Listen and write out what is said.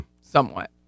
somewhat